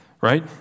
right